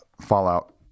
fallout